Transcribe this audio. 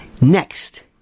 Next